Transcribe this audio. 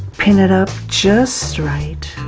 pin it up just right,